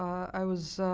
i was